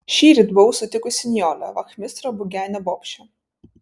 šįryt buvau sutikusi nijolę vachmistro bugenio bobšę